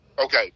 Okay